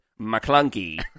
McClunky